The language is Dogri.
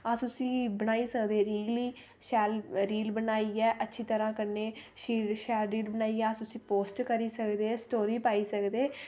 अस उसी बनाई सकदे रील गी शैल रील बनाइयै अच्छी तरह् कन्नै शैल रील बनाइयै अस उसी पोस्ट करी सकदे पोस्ट स्टोरी पाई सकदे